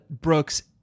Brooks